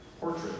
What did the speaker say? portrait